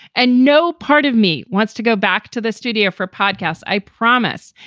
and no part of me wants to go back to the studio for podcasts, i promise.